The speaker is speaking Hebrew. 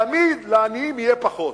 תמיד לעניים יהיה פחות,